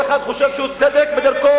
שם כל אחד חושב שהוא צדק בדרכו.